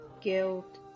guilt